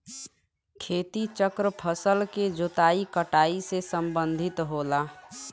खेती चक्र फसल के जोताई कटाई से सम्बंधित होला